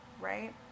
right